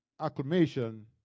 acclamation